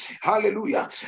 Hallelujah